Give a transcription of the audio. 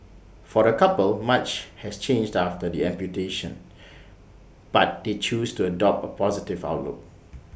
for the couple much has changed after the amputation but they choose to adopt A positive outlook